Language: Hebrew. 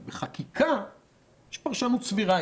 אבל בחקיקה יש פרשנות סבירה.